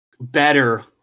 better